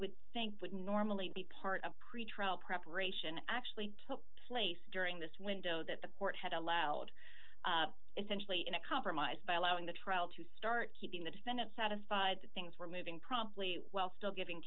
would think would normally be part of pretrial preparation actually took place during this window that the court had allowed essentially in a compromise by allowing the trial to start keeping the defendant satisfied that things were moving promptly while still giving